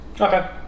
Okay